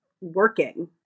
working